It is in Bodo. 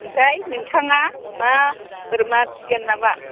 ओमफ्राय नोंथाङा मा बोरमा फिगोन नामा